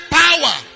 power